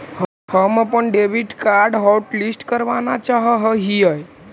हम अपन debit card hotlist करावाना चाहा हियई